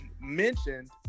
mentioned